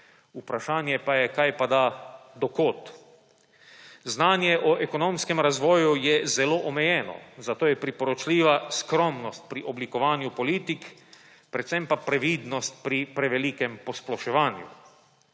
vprašanje pa je, kajpada, do kod. Znanje o ekonomskem razvoju je zelo omejeno, zato je priporočljiva skromnost pri oblikovanju politik, predvsem pa previdnost pri prevelikem posploševanju.